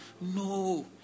No